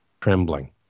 trembling